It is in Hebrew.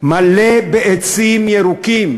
מלא בעצים ירוקים,